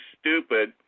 stupid